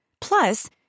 Plus